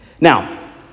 Now